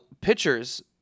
pitchers